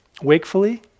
Wakefully